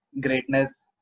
greatness